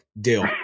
deal